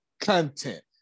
content